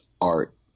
art